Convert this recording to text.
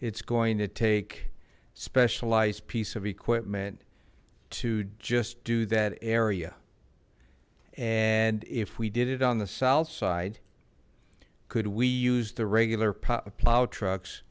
it's going to take specialized piece of equipment to just do that area and if we did it on the south side could we use the regular plow trucks